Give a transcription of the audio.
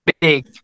big